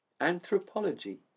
Anthropology